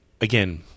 again